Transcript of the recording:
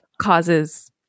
causes